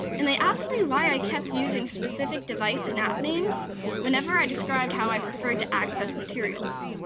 and they asked me why i kept using specific device and app names whenever i described how i preferred to access materials.